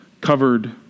covered